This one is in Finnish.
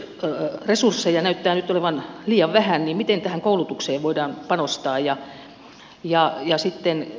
kun resursseja näyttää nyt olevan liian vähän niin miten tähän koulutukseen voidaan panostaa